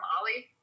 Ollie